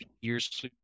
years